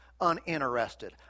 uninterested